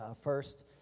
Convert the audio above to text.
first